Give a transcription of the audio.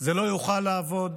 זה לא יוכל לעבוד.